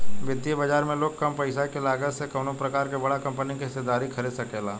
वित्तीय बाजार में लोग कम पईसा के लागत से कवनो प्रकार के बड़ा कंपनी के हिस्सेदारी खरीद सकेला